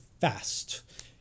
fast